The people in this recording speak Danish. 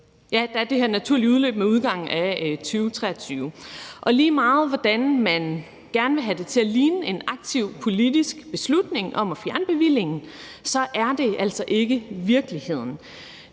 at der er et naturligt udløb med udgangen af 2023. Og lige meget hvor meget man gerne vil have det til at ligne en aktiv politisk beslutning at fjerne bevillingen, er det altså ikke virkeligheden.